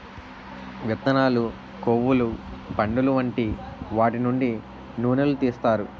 విత్తనాలు, కొవ్వులు, పండులు వంటి వాటి నుండి నూనెలు తీస్తారు